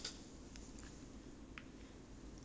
ah